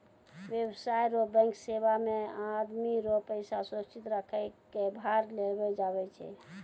व्यवसाय रो बैंक सेवा मे आदमी रो पैसा सुरक्षित रखै कै भार लेलो जावै छै